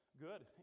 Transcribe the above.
Good